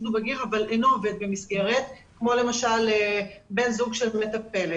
הוא בגיר אבל אינו עובד במסגרת כמו למשל בן זוג של מטפלת.